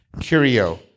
Curio